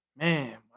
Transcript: Man